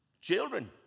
Children